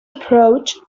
approach